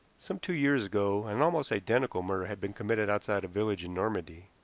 some two years ago an almost identical murder had been committed outside a village in normandy.